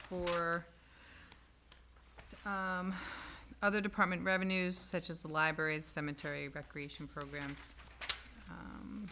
r other department revenues such as the libraries cemetery recreation programs